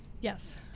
yes